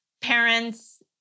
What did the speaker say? parents